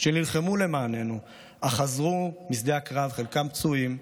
שנלחמו למעננו אך חזרו משדה הקרב חלקם פצועים,